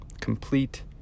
Complete